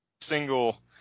single